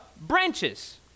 branches